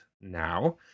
now